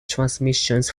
transmissions